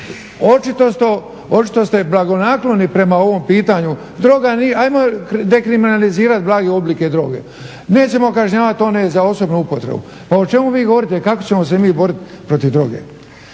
Očito ste blagonakloni prema ovom pitanju. Droga nije, ajmo dekriminalizirati blage oblike droge. Nećemo kažnjavati one za osobnu upotrebu. Pa o čemu vi govorite? Kako ćemo se mi boriti protiv droge?